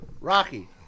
Rocky